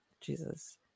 Jesus